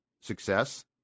success